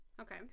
Okay